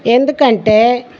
ఎందుకంటే